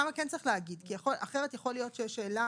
כן צריך להגיד, כי אחרת תעלה השאלה